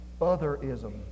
Otherism